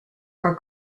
are